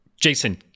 Jason